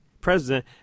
president